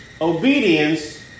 obedience